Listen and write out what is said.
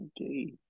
Okay